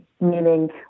meaning